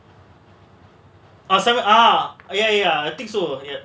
இல்ல:illa sunny இருக்கு:irukku ya ya I think so